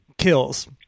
Kills